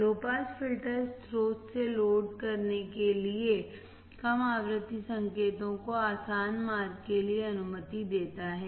लो pass filter स्रोत से load करने के लिए कम आवृत्ति संकेतों के आसान मार्ग के लिए अनुमति देता है